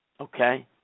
Okay